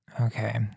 Okay